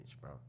bro